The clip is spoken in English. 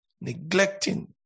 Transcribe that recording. Neglecting